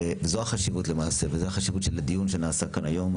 זו החשיבות למעשה וזה החשיבות של הדיון שנעשה כאן היום.